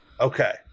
Okay